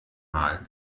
mal